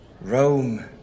Rome